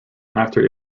after